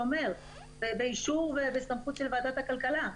באישור ובסמכות של ועדת הכלכלה,